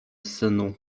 synu